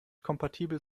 kompatibel